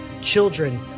children